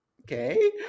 Okay